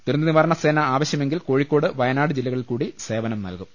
ദുരന്ത നിവാരണ സേന ആവശ്യമെങ്കിൽ കോഴിക്കോ ട് വയനാട് ജില്ലകളിൽക്കൂടി സേവനം നൽകും